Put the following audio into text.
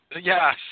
Yes